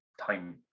time